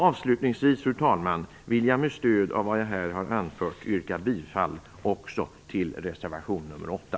Avslutningsvis vill jag med stöd av vad jag här har anfört yrka bifall också till reservation nr 8.